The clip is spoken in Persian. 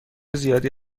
زیادی